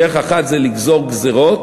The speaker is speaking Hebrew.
דרך אחת זה לגזור גזירות,